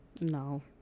No